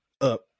up